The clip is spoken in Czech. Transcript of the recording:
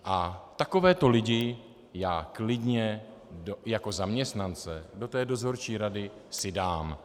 A takové lidi já klidně jako zaměstnance do té dozorčí rady si dám.